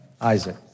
Isaac